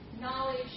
Knowledge